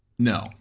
No